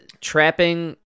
trapping